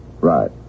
Right